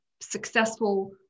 successful